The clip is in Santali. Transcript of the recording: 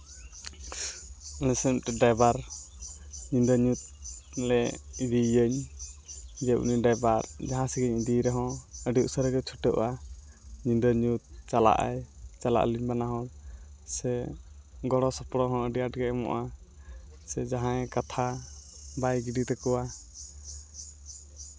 ᱱᱩᱭ ᱥᱟᱶ ᱢᱤᱫᱴᱮᱱ ᱰᱟᱭᱵᱷᱟᱨ ᱧᱤᱫᱟᱹᱼᱧᱩᱛ ᱞᱮ ᱤᱫᱤᱭᱤᱭᱟᱹᱧ ᱡᱮ ᱩᱱᱤ ᱰᱟᱭᱵᱟᱨ ᱡᱟᱦᱟᱸᱥᱮᱫ ᱜᱮᱧ ᱤᱫᱤᱭᱮ ᱨᱮᱦᱚᱸ ᱟᱹᱰᱤ ᱩᱥᱟᱹᱨᱟ ᱜᱮ ᱪᱷᱩᱴᱟᱹᱜᱼᱟ ᱧᱤᱫᱟᱹ ᱧᱩᱛ ᱪᱟᱞᱟᱜᱼᱟᱭ ᱪᱟᱞᱟᱜ ᱟᱹᱞᱤᱧ ᱵᱟᱱᱟ ᱦᱚᱲ ᱥᱮ ᱜᱚᱲᱚ ᱥᱚᱯᱚᱲᱚ ᱦᱚᱸ ᱟᱹᱰᱤ ᱟᱸᱴ ᱜᱮ ᱮᱢᱚᱜᱼᱟ ᱥᱮ ᱡᱟᱦᱟᱸᱭ ᱠᱟᱛᱷᱟ ᱵᱟᱭ ᱜᱤᱰᱤ ᱛᱟᱠᱚᱣᱟ